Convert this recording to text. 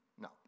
No